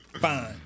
Fine